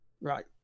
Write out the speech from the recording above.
Right